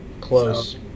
close